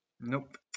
Nope